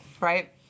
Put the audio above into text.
Right